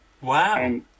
Wow